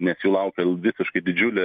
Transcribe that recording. nes jų laukia visiškai didžiulė